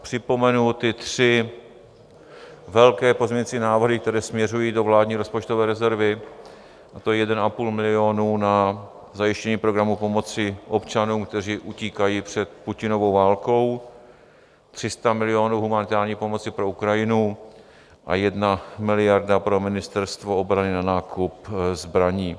Připomenu ty tři velké pozměňovací návrhy, které směřují do vládní rozpočtové rezervy, a to 1,5 milionu na zajištění programu pomoci občanům, kteří utíkají před Putinovou válkou, 300 milionů humanitární pomoci pro Ukrajinu a 1 miliarda pro Ministerstvo obrany na nákup zbraní.